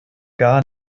gar